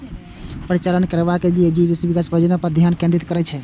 परिचालन करैबला एन.जी.ओ विकास परियोजना पर ध्यान केंद्रित करै छै